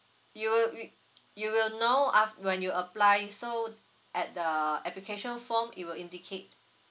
you will re~ you will know af~ when you apply so at the application form it will indicate